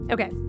Okay